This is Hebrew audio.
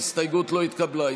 ההסתייגות לא התקבלה.